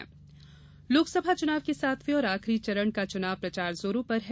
चुनाव प्रचार लोकसभा चुनाव के सातवें और आखिरी चरण का चुनाव प्रचार जोरों पर है